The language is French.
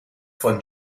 von